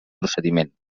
procediment